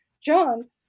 John